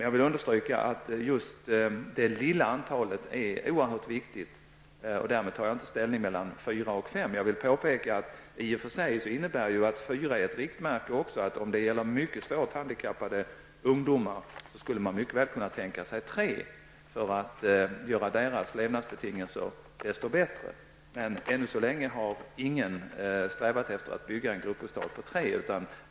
Jag vill understryka att just det lilla antalet är oerhört viktigt. Därmed tar jag inte ställning till om antalet skall vara fyra eller fem. Jag vill påpeka att om man väljer antalet fyra innebär det också i och för sig ett riktmärke, och man skulle också mycket väl kunna tänka sig antalet tre om det gällde mycket svårt handikappade ungdomar -- detta för att göra deras levnadsbetingelser desto bättre. Men ännu så länge har ingen strävat efter att bygga gruppbostäder för tre personer.